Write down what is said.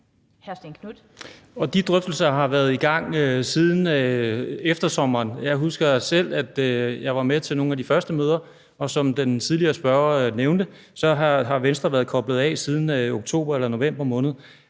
De drøftelser har været i gang siden eftersommeren. Jeg husker, at jeg selv var med til nogle af de første møder, og som den tidligere spørger nævnte, har Venstre været koblet af siden oktober eller november måned.